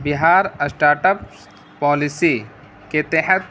بہار start ups policy کے تحت